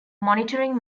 monitoring